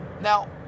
Now